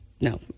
No